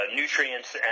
nutrients